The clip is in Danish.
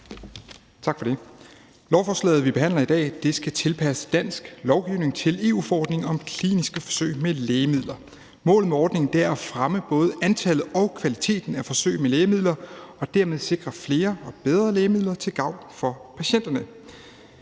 Tak for det. Lovforslaget, vi behandler i dag, skal tilpasse dansk lovgivning til EU-forordningen om kliniske forsøg med lægemidler. Målet med ordningen er at fremme både antallet af og kvaliteten af forsøg med lægemidler og dermed sikre flere og bedre lægemidler til gavn for patienterne.